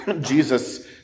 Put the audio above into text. Jesus